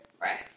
Right